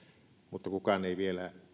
mutta kukaan ei vielä